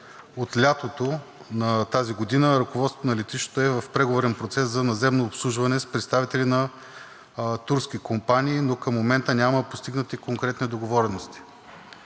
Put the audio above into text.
От лятото на тази година ръководството на летището е в преговорен процес за наземно обслужване с представители на турски компании, но към момента няма постигнати конкретни договорености.